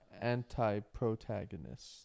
Anti-protagonist